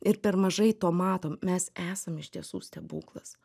ir per mažai to matom mes esam iš tiesų stebuklas